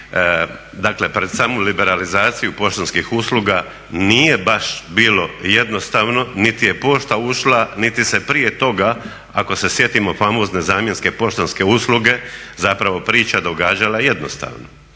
dakle pred samu liberalizaciju poštanskih usluga nije baš bilo jednostavno niti je pošta ušla, niti se prije toga ako se sjetimo famozne zamjenske poštanske usluge zapravo priča događala jednostavno.